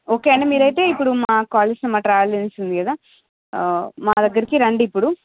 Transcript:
okay అండి మీరైతే ఇప్పుడు మా కాల్ చేసిన ట్రావెల్ ఏజెన్సీ ఉంది కదా మా దగ్గరికి రండి ఇప్పుడు